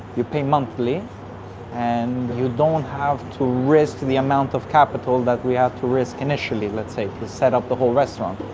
you pay monthly and you don't have to risk the amount of capital that we had to risk initially, let's say, to set up the whole restaurant.